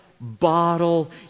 bottle